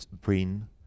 bring